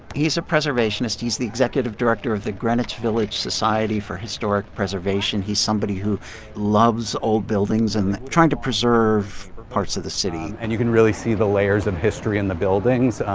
he's a preservationist. he's the executive director of the greenwich village society for historic preservation. he's somebody who loves old buildings and trying to preserve parts of the city and you can really see the layers of history in the buildings.